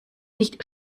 nicht